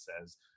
says